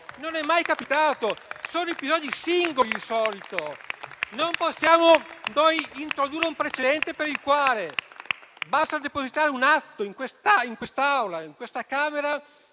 Non è mai capitato; sono episodi singoli di solito. Non possiamo ora introdurre un precedente in base al quale basta depositare un atto in quest'Aula per essere